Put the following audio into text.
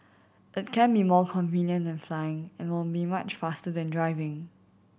it can be more convenient than flying and will be much faster than driving